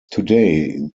today